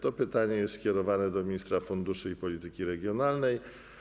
To pytanie jest skierowane do ministra funduszy i polityki regionalnej.